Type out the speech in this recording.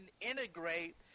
integrate